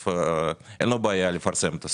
אין בעיה לפרסם את הסולו,